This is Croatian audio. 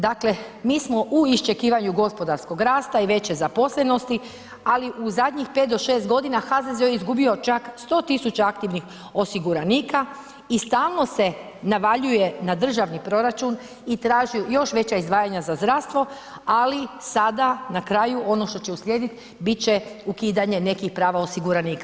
Dakle, mi smo u iščekivanju gospodarskog rasta i veće zaposlenosti ali u zadnjih 5 do 6 g., HZZO je izgubio čak 100 000 aktivnih osiguranika i stalno se navaljuje na državni proračun i traži još veća izdvajanja za zdravstvo ali sada na kraju ono što će uslijedit, bit će ukidanje nekih prava osiguranika.